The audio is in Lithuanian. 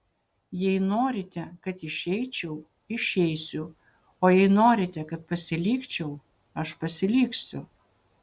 jei norite kad išeičiau išeisiu o jei norite kad pasilikčiau aš pasiliksiu